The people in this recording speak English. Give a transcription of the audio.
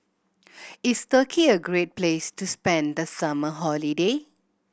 is Turkey a great place to spend the summer holiday